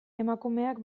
emakumeak